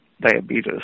diabetes